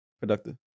Productive